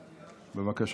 בבקשה.